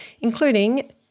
including